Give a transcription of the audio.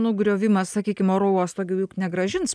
nugriovimą sakykim oro uosto gi juk negrąžins